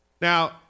Now